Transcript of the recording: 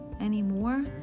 anymore